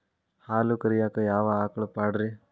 ಹಾಲು ಕರಿಯಾಕ ಯಾವ ಆಕಳ ಪಾಡ್ರೇ?